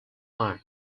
night